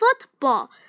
football